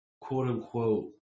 quote-unquote